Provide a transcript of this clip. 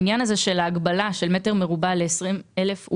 העניין הזה של ההגבלה של מטר מרובע ל-20 אלף,